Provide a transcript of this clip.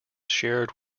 shared